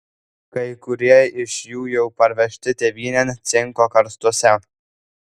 kai kurie iš jų jau parvežti tėvynėn cinko karstuose